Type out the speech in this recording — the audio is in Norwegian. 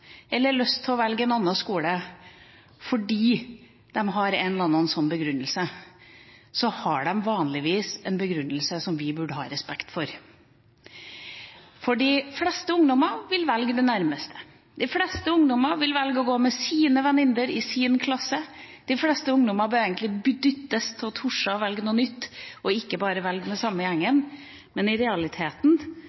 eller annen grunn har lyst til å flytte langt eller lyst til å velge en annen skole, har de vanligvis en begrunnelse som vi burde ha respekt for, for de fleste ungdommer vil velge den nærmeste. De fleste ungdommer vil velge å gå i klasse med sine venner. De fleste ungdommer burde egentlig dyttes til å tørre å velge noe nytt, ikke bare velge den samme gjengen.